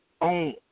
on